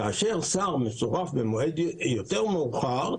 כאשר שר מצורף במועד יותר מאוחר,